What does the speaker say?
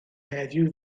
heddiw